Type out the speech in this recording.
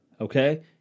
Okay